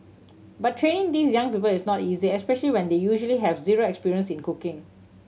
but training these young people is not easy especially when they usually have zero experience in cooking